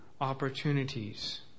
opportunities